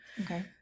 Okay